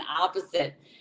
opposite